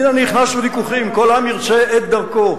אני לא נכנס לוויכוחים, כל עם ירצה את דרכו,